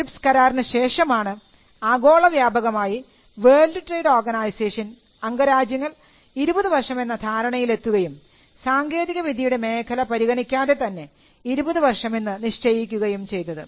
TRIPS കരാറിന് ശേഷമാണ് ആഗോളവ്യാപകമായി വേൾഡ് ട്രേഡ് ഓർഗനൈസേഷൻ അംഗരാജ്യങ്ങൾ 20 വർഷം എന്ന ധാരണയിലെത്തുകയും സാങ്കേതികവിദ്യയുടെ മേഖല പരിഗണിക്കാതെ തന്നെ 20 വർഷം എന്ന് നിശ്ചയിക്കുകയും ചെയ്തത്